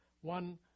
One